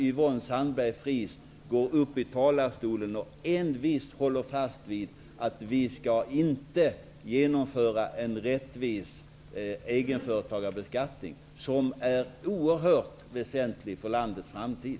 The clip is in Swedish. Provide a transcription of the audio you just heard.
Yvonne Sandberg-Fries går ändå upp i talarstolen och håller envist fast vid argumentet att vi inte skall genomföra en rättvis egenföretagarbeskattning, något som dock är oerhört väsentligt för landets framtid.